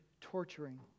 torturing